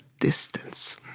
distance